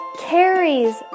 carries